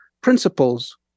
principles